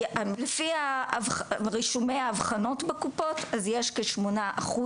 לפי רישומי האבחנות בקופות אז יש כ-8%,